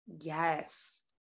Yes